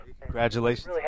congratulations